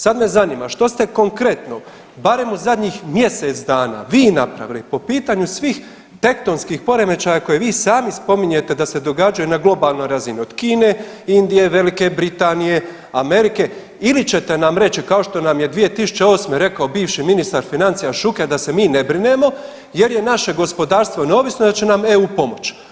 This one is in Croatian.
Sad me zanima što ste konkretno barem u zadnjih mjesec dana vi napravili po pitanju svih tektonskih poremećaja koje vi sami spominjete da se događaju na globalnoj razini, od Kine, Indije, Velike Britanije, Amerike ili ćete nam reći kao što nam je 2008. rekao bivši ministar financija Šuker da se mi ne brinemo jer je naše gospodarstvo neovisno jer će nam EU pomoći.